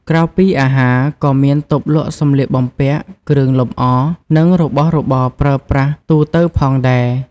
ក្រៅពីអាហារ ក៏មានតូបលក់សម្លៀកបំពាក់ គ្រឿងលម្អ និងរបស់របរប្រើប្រាស់ទូទៅផងដែរ។